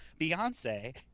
Beyonce